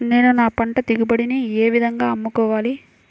నేను నా పంట దిగుబడిని ఏ విధంగా అమ్ముకోవాలి?